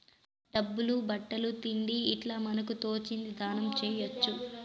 డబ్బులు బట్టలు తిండి ఇట్లా మనకు తోచింది దానం చేయొచ్చు